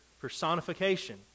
personification